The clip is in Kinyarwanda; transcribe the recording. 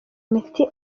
imiti